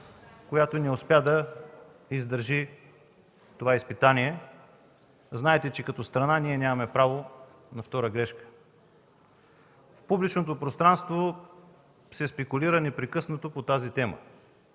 която не успя да издържи това изпитание, знаете, че като страна ние нямаме право на втора грешка. В публичното пространство се спекулира непрекъснато по тази тема.